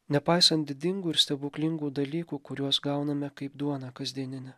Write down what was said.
nepaisant didingų ir stebuklingų dalykų kuriuos gauname kaip duoną kasdieninę